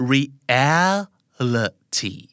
Reality